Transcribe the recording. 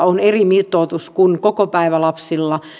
on eri mitoitus kuin kokopäivälapsilla